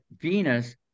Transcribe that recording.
Venus